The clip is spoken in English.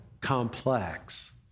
complex